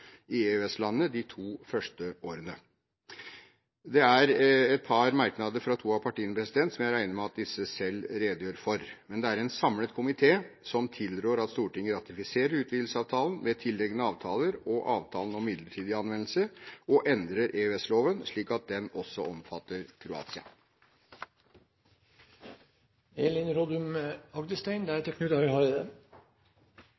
i EØS-landene de to første årene. Det er et par merknader fra to av partiene, som jeg regner med at disse selv redegjør for, men det er en samlet komité som tilrår at Stortinget ratifiserer utvidelsesavtalen med tilliggende avtaler og avtalen om midlertidig anvendelse, og endrer EØS-loven, slik at den også omfatter